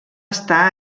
estar